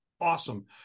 awesome